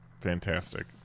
fantastic